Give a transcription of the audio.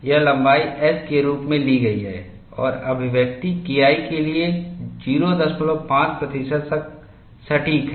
यह लंबाई S के रूप में ली गई है और अभिव्यक्ति KI के लिए 05 प्रतिशत तक सटीक है